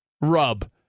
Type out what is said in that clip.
rub